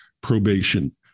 probation